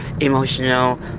emotional